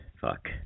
fuck